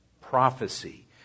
prophecy